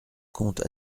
conte